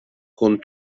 con